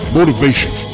motivation